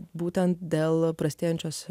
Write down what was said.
būtent dėl prastėjančios